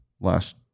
last